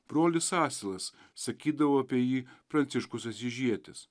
brolis asilas sakydavo apie jį pranciškus asyžietis